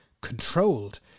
controlled